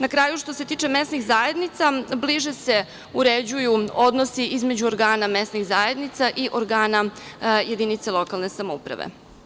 Na kraju, što se tiče mesnih zajednica bliže se uređuju odnosi između organa mesnih zajednica i organa jedinica lokalne samouprave.